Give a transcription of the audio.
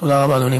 תודה רבה, אדוני.